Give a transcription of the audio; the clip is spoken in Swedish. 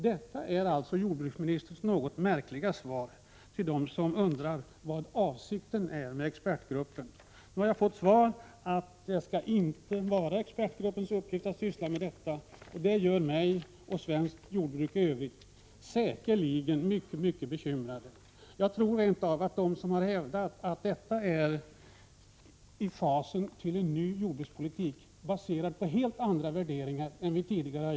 Detta är alltså jordbruksministerns något märkliga svar till dem som undrar vad som är avsikten med expertgruppen. Nu har jag fått beskedet att expertgruppen inte skall ha till uppgift att syssla med denna fråga, och det gör mig och säkerligen även övriga företrädare för svenskt jordbruk mycket bekymrade. Jag tror rent av att de kan ha rätt som har hävdat att detta ligger i fasen till en ny jordbrukspolitik, baserad på helt andra värderingar än tidigare.